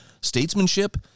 statesmanship